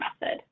method